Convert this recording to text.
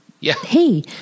Hey